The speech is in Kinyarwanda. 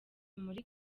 muri